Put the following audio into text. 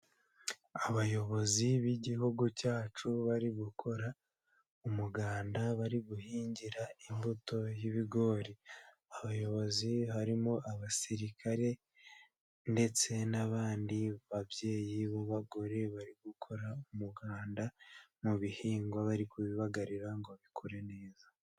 Abayobozi b'igihugu cyacu bari gukora umuganda bari guhingira imbuto y'ibigori, abayobozi harimo abasirikare ndetse n'abandi babyeyi b'abagore bari gukora umuganda, mu bihingwa bari kubibagarira ngo bikure neza.